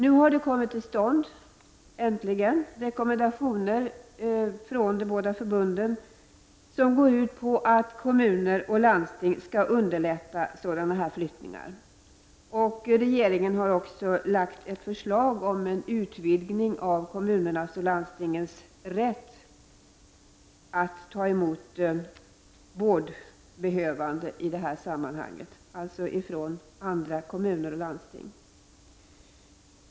Nu har det äntligen kommit till stånd rekommendationer från Kommunförbundet och Landstingsförbundet som går ut på att kommuner och landsting skall underlätta sådana flyttningar. Rege ringen har också lagt fram förslag om en utvidgning av kommunernas och landstingens rätt att ta emot vårdbehövande från andra kommuner.